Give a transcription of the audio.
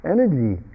Energy